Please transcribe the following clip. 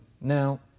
Now